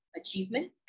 achievement